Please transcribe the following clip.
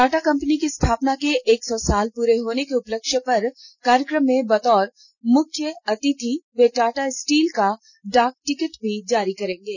Tata company की स्थापना के एक सौ साल पूरे होने के उपलक्ष्य पर कार्यक्रम में बतौर मुख्य अतिथि वे टाटा स्टील का डाक टिकट जारी करेंगे